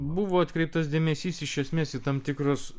buvo atkreiptas dėmesys iš esmės į tam tikras